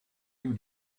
you